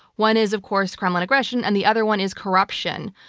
one is of course, kremlin aggression and the other one is corruption.